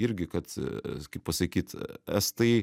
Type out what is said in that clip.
irgi kad kaip pasakyt estai